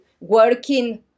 Working